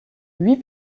huit